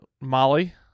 Molly